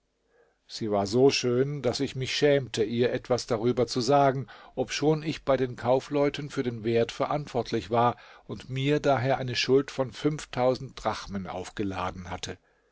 sie war so schön daß ich mich schämte ihr etwas darüber zu sagen obschon ich bei den kaufleuten für den wert verantwortlich war und mir daher eine schuld von drachmen aufgeladen hatte